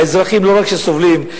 האזרחים לא רק סובלים,